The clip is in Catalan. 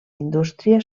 indústria